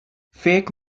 fake